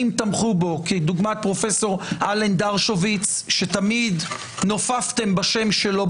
תמכו בו כדוגמת פרופ' אלן דרשוביץ שתמיד נופפתם בשם שלו,